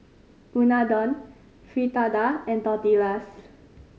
Unadon Fritada and Tortillas